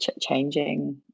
changing